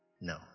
No